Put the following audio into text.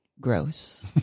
gross